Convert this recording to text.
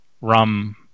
RUM